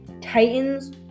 Titans